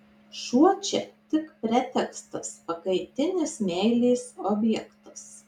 šuo čia tik pretekstas pakaitinis meilės objektas